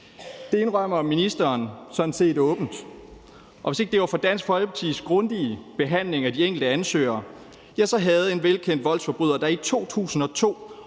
Det indrømmer ministeren sådan set åbent. Hvis ikke det var for Dansk Folkepartis grundige behandling af de enkelte ansøgere, havde en velkendt voldsforbryder, der i 2002